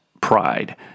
pride